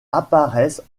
apparaissent